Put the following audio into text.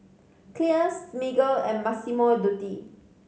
Clear Smiggle and Massimo Dutti